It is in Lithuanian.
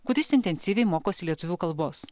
kuris intensyviai mokosi lietuvių kalbos